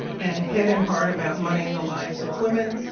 and head and heart, about money in the lives of women.